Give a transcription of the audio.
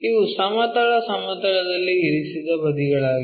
ಇವು ಸಮತಲ ಸಮತಲದಲ್ಲಿ ಇರಿಸಿದ ಬದಿಗಳಾಗಿವೆ